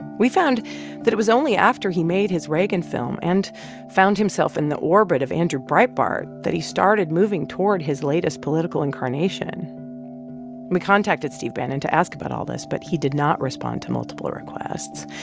we found that it was only after he made his reagan film and found himself in the orbit of andrew breitbart that he started moving toward his latest political incarnation. and we contacted steve bannon to ask about all this, but he did not respond to multiple requests.